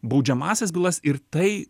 baudžiamąsias bylas ir tai